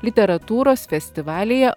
literatūros festivalyje